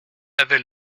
avait